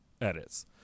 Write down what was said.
edits